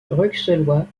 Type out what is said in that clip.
bruxellois